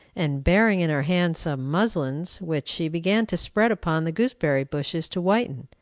and bearing in her hand some muslins, which she began to spread upon the gooseberry-bushes to whiten.